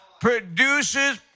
Produces